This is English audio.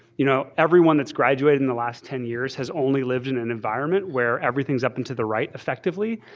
you know everyone that's graduated in the last ten years has only lived in an environment where everything's up into the right effectively.